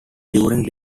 during